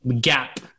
gap